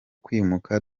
kwimuka